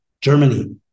Germany